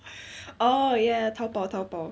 oh ya taobao taobao